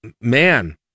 man